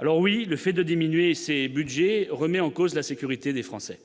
alors oui, le fait de diminuer ses Budgets remet en cause la sécurité des Français